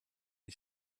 den